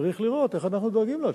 צריך לראות איך אנחנו דואגים לעצמנו.